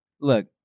look